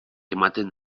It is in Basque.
ematen